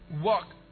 walk